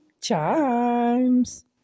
Chimes